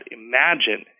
imagine